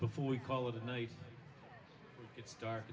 before we call it a night it's dark